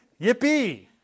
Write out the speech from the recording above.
Yippee